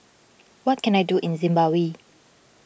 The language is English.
what can I do in Zimbabwe